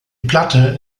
platte